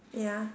ya